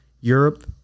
Europe